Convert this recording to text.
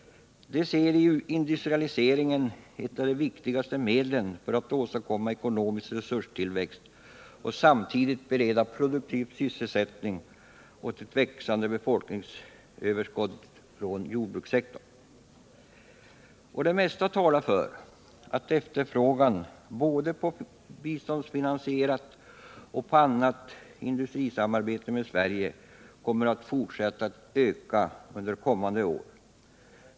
De ser i industrialiseringen ett av de viktigaste medlen för att åstadkomma ekonomisk resurstillväxt och samtidigt bereda produktiv sysselsättning åt ett växande befolkningsöverskott från jordbrukssektorn. Det mesta talar för att efterfrågan både på biståndsfinansierat och på annat industrisamarbete med Sverige kommer att fortsätta att öka under kommande år.